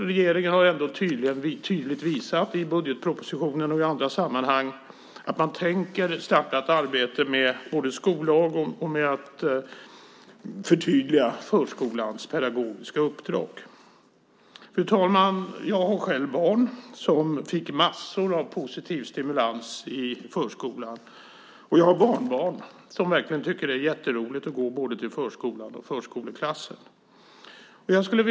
Regeringen har ändå tydligt visat i budgetpropositionen och i andra sammanhang att man tänker starta ett arbete både med skollag och med att förtydliga förskolans pedagogiska uppdrag. Fru talman! Jag har själv barn som fick massor av positiv stimulans i förskolan och jag har barnbarn som verkligen tycker att det är jätteroligt att gå till både förskolan och förskoleklassen.